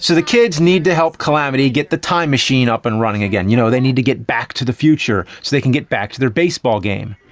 the kids need to help calamity get the time machine up and running again. you know, they need to get back to the future, so they can get back to their baseball game.